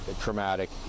traumatic